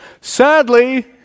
Sadly